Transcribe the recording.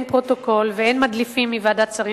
אין פרוטוקול ואין מדליפים מוועדת שרים,